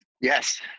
Yes